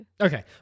Okay